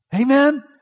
Amen